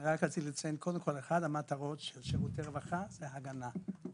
אחת המטרות של שירותי רווחה זה הגנה,